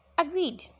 Agreed